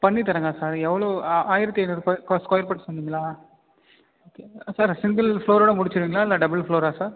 பண்ணித்தரங்க sir எவ்வளோ ஆயிரத்து ஐநூறு ஸ்கொயர் ஃபீட் சொன்னிங்களா ஓகே சார் சிங்கிள் ஃப்ளோரோட முடிச்சிருவீங்களா இல்லை டபுள் ஃப்ளோரா சார்